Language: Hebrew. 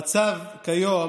את המצב כיום